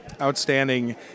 Outstanding